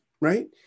Right